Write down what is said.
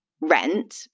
rent